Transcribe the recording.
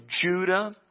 Judah